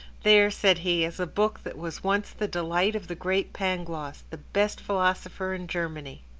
there, said he, is a book that was once the delight of the great pangloss the best philosopher in germany.